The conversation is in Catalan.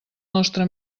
nostre